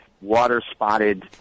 water-spotted